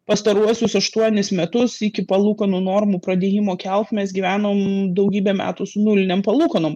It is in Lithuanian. pastaruosius aštuonis metus iki palūkanų normų pradėjimo kelt mes gyvenom daugybę metų su nulinėm palūkanom